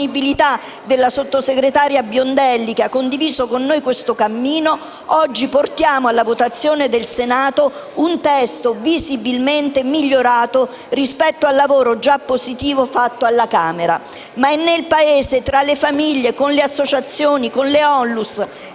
della sottosegretario Biondelli, che ha condiviso con noi questo cammino, oggi portiamo alla votazione del Senato un testo visibilmente migliorato rispetto al lavoro, già positivo, fatto alla Camera. Ma è nel Paese, tra le famiglie, con le associazioni e le